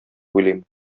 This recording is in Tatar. уйлыйм